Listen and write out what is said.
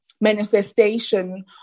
manifestation